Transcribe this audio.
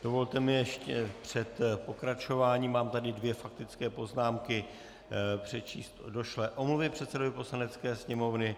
Dovolte mi ještě před pokračováním, mám tady dvě faktické poznámky, přečíst omluvy došlé předsedovi Poslanecké sněmovny.